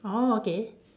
orh okay